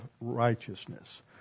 righteousness